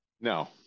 No